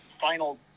final